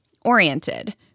oriented